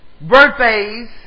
birthdays